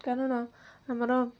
କାରଣ ଆମର